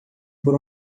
por